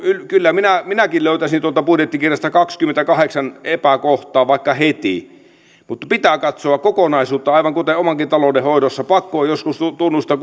kyllä minäkin löytäisin tuolta budjettikirjasta kaksikymmentäkahdeksan epäkohtaa vaikka heti mutta pitää katsoa kokonaisuutta aivan kuten omankin talouden hoidossa pakko on joskus tunnustaa